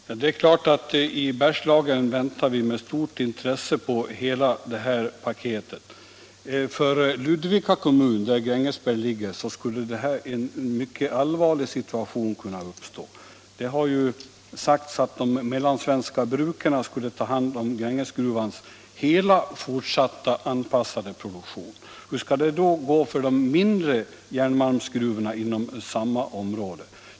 Herr talman! Det är klart att vi i Bergslagen väntar med stort intresse på hela det här paketet. För Ludvika kommun, där Grängesberg ligger, skulle en mycket allvarlig situation kunna uppstå. Det har sagts att de mellansvenska bruken skulle ta hand om Grängesgruvans hela fortsatta anpassade produktion. Hur skall det då gå för de mindre järnmalmsgruvorna inom samma område?